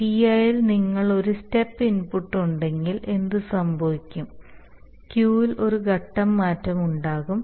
Ti ൽ നിങ്ങൾക്ക് ഒരു സ്റ്റെപ്പ് ഇൻപുട്ട് ഉണ്ടെങ്കിൽ എന്തുസംഭവിക്കും Q ൽ ഒരു ഘട്ടം മാറ്റം ഉണ്ടാകും